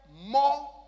more